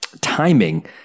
timing